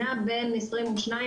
הוא נע בין 22%-24%,